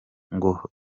ngo